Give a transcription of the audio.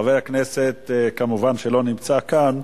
חבר הכנסת, כמובן שלא נמצא כאן.